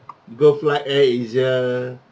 go fly AirAsia